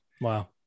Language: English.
wow